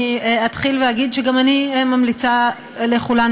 אני אתחיל ואגיד שגם אני ממליצה לכולן